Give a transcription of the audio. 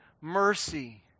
mercy